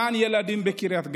גן ילדים בקריית גת,